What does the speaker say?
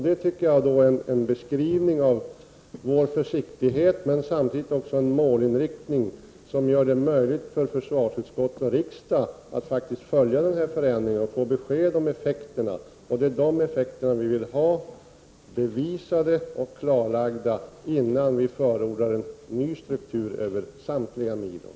Det anser jag är en beskrivning av vår försiktighet men samtidigt en målinriktning som gör det möjligt för försvarsutskottet och riksdagen att faktiskt följa denna förändring och få besked om effekterna. Det är dessa effekter vi vill ha bevisade och klarlagda innan vi förordar en ny struktur över samtliga milo.